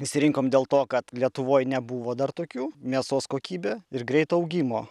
išsirinkom dėl to kad lietuvoj nebuvo dar tokių mėsos kokybė ir greito augimo